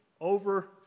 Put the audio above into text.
over